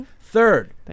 Third